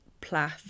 Plath